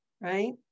right